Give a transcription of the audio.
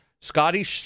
scotty